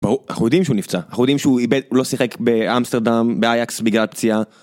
אנחנו יודעים שהוא נפצע אנחנו יודעים שהוא איבד.. הוא לא שיחק באמסטרדם באייקס בגלל פציעה.